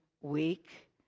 week